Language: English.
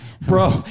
Bro